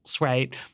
right